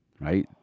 right